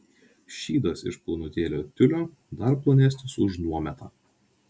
šydas iš plonutėlio tiulio dar plonesnis už nuometą